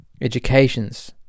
educations